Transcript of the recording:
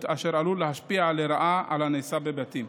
אשר עלולים להשפיע לרעה על הנעשה בבתים.